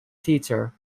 teacher